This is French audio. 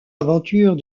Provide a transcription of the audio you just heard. aventure